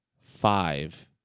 five